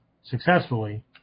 successfully